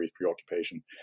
preoccupation